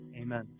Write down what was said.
amen